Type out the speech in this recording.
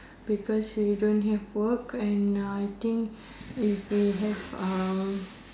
because we don't have work and I think if we have